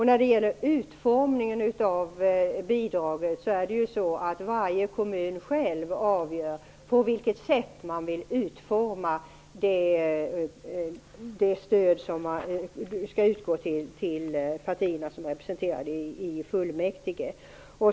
När det gäller utformningen av bidraget avgör varje kommun själv hur man vill utforma det stöd som skall utgå till de partier som är representerade i fullmäktige.